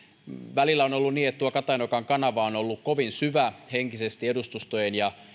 välillä on ollut niin että tuo katajanokan kanava on ollut kovin syvä henkisesti edustustojen ja